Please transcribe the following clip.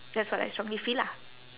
that's what I strongly feel lah